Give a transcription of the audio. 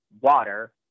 water